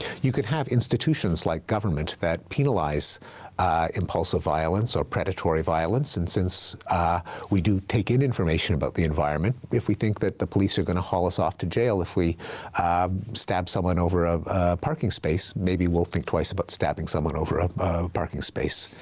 you can have institutions like government that penalize impulsive violence or predatory violence, and since we do take in information about the environment, if we think that the police are gonna haul us off to jail if we stab someone over a parking space, maybe we'll think twice about stabbing someone over a parking space.